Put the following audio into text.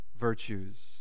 virtues